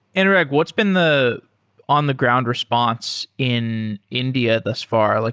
anurag, what's been the on the ground response in india thus far? like